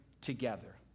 together